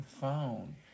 phone